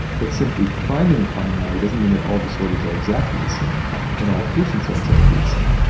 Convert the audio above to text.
but simply finding a commonality doesn't mean that all disorders are exactly the same and all patients are exactly the same.